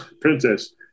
Princess